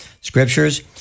scriptures